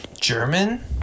German